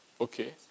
Okay